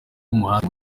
umuhate